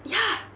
ya